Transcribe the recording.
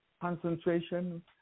concentration